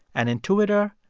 an intuiter,